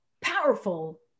powerful